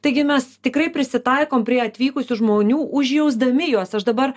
taigi mes tikrai prisitaikom prie atvykusių žmonių užjausdami juos aš dabar